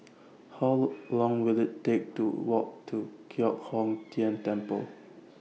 How Long Will IT Take to Walk to Giok Hong Tian Temple